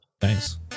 thanks